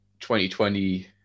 2020